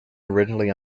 originally